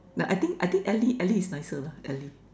like I think I think ele ele is nicer lah ele